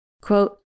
Quote